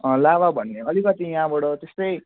लाभा भन्ने अलिकति यहाँबाट त्यस्तै